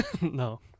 No